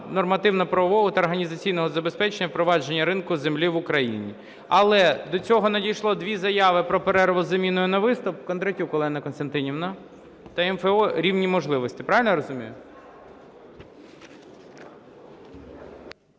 нормативно-правового та організаційного забезпечення впровадження ринку землі в Україні. Але до цього надійшло дві заяви про перерву з заміною на виступ. Кондратюк Олена Костянтинівна та МФО "Рівні можливості". Правильно я розумію?